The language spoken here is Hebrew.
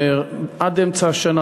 עד אמצע השנה,